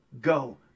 go